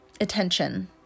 attention